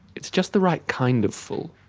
it's just the right kind of full.